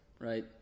right